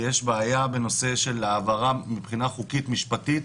כבר מוסכם כפיצוי ויש בעיה בנושא של העברה מבחינה חוקית משפטית,